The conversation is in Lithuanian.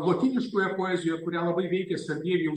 lotyniškoje poezijoje kurią labai veikų sarbievijaus